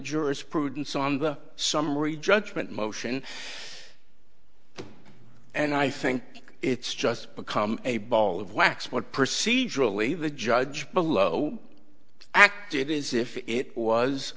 jurisprudence on the summary judgment motion and i think it's just become a ball of wax what procedurally the judge below acted as if it was